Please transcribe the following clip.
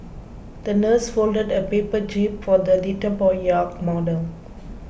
the nurse folded a paper jib for the little boy's yacht model